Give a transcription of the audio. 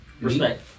Respect